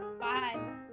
Bye